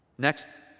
Next